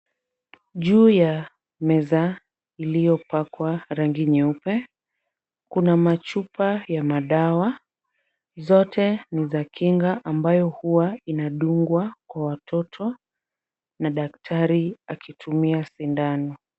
Juu ya meza iliyopakwa rangi nyeupe, kuna chupa za dawa ambazo zote ni za kinga, ambayo huwa inadungwa kwa watoto na daktari akitumia sindano.